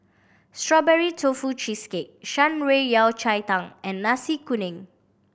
Strawberry Tofu Cheesecake Shan Rui Yao Cai Tang and Nasi Kuning